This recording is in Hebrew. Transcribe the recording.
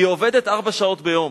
היא עובדת ארבע שעות ביום.